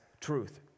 truth